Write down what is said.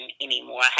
anymore